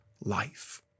life